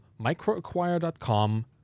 microacquire.com